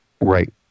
Right